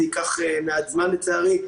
זה ייקח מעט זמן, לצערי.